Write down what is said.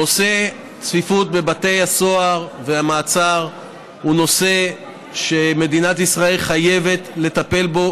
נושא הצפיפות בבתי הסוהר והמעצר הוא נושא שמדינת ישראל חייבת לטפל בו,